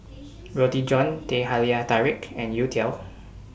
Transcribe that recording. Roti John Teh Halia Tarik and Youtiao